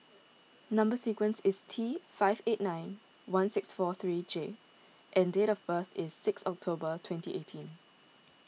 Number Sequence is T five eight nine one six four three J and date of birth is six October twenty eighteen